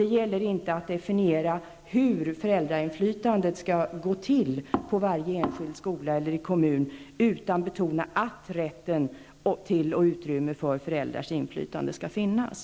Det gäller inte att definiera hur föräldrainflytandet skall utövas på varje enskild skola eller i varje enskild kommun utan det gäller att betona att rätt till och utrymme för föräldrars inflytande skall finnas.